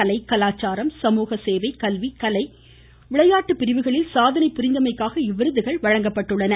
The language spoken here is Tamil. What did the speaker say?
கலை கலாச்சாரம் சமூக சேவை கல்வி கலை விளையாட்டு பிரிவுகளில் சாதனை புரிந்தமைக்காக இவ்விருதுகள் வழங்கப்பட்டுள்ளன